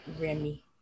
Remy